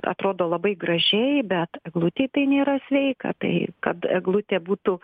atrodo labai gražiai bet eglutei tai nėra sveika tai kad eglutė būtų